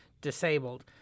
disabled